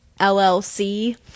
llc